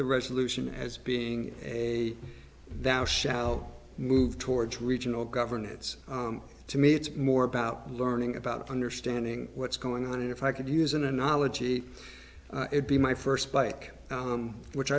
the resolution as being a that i shall move towards regional governance to me it's more about learning about understanding what's going on and if i could use an analogy it be my first bike which